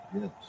yes